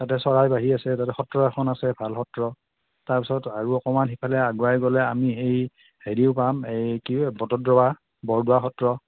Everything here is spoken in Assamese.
তাতে চৰাইবাহী আছে তাতে সত্ৰ এখন আছে ভাল সত্ৰ তাৰপিছত আৰু অকণমান সিফালে আগুৱাই গ'লে আমি সেই হেৰিও পাম এই কি বতদ্ৰৱা বৰদোৱা সত্ৰ